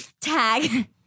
tag